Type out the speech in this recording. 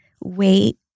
wait